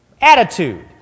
Attitude